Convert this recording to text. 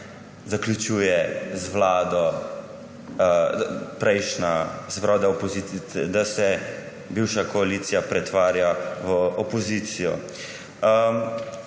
zaključuje z vlado prejšnja [vlada], se pravi, da se bivša koalicija pretvarja v opozicijo.